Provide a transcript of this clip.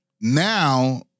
now